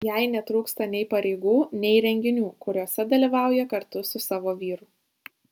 jai netrūksta nei pareigų nei renginių kuriuose dalyvauja kartu su savo vyru